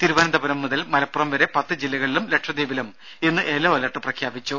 തിരുവനന്തപുരം മുതൽ മലപ്പുറം വരെ പത്തു ജില്ലകളിലും ലക്ഷദ്വീപിലും ഇന്ന് യെല്ലോ അലർട്ട് പ്രഖ്യാപിച്ചു